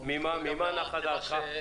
ממה נחה דעתך?